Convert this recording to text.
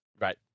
Right